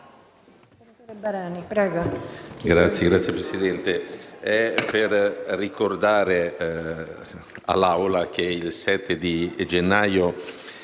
Grazie, Presidente.